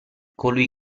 colui